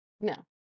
No